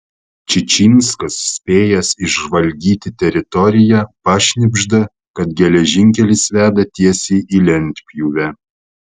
čičinskas spėjęs išžvalgyti teritoriją pašnibžda kad geležinkelis veda tiesiai į lentpjūvę